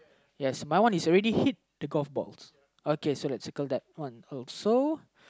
yes my one is already hit the golf balls okay so let's circle that one also